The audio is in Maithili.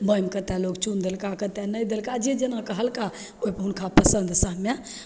बाँहि कतेक लोग चुन देलका कतेक नहि देलक जे जेना कहलक बस हुनका पसन्दसे हमे